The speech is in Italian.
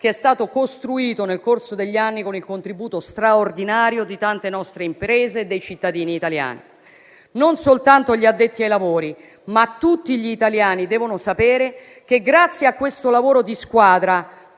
che è stato costruito nel corso degli anni con il contributo straordinario di tante nostre imprese e dei cittadini italiani. Non soltanto gli addetti ai lavori, ma tutti gli italiani devono sapere che, grazie a questo lavoro di squadra,